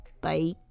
Bye